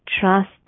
trust